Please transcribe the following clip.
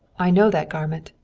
i know that garment,